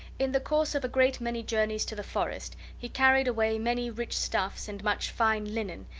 in the course of a great many journeys to the forest he carried away many rich stuffs and much fine linen,